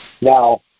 Now